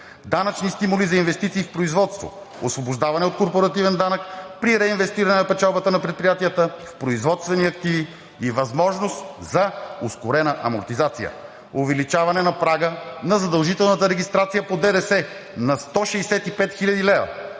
данъчни стимули за инвестиции в производство; освобождаване от корпоративен данък при реинвестиране на печалбата на предприятията в производствени активи и възможност за ускорена амортизация; увеличаване на прага на задължителната регистрация по ДДС на 165 хил.